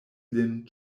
lin